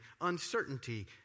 uncertainty